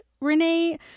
Renee